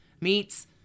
meets